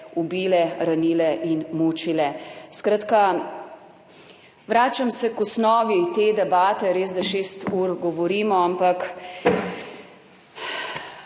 ubile, ranile in mučile. Skratka, vračam se k osnovi te debate. Res da šest ur govorimo, ampak